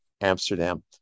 Amsterdam